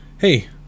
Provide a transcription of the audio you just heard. Hey